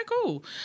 cool